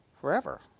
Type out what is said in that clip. Forever